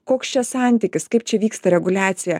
koks čia santykis kaip čia vyksta reguliacija